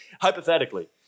hypothetically